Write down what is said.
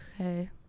Okay